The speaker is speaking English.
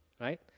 right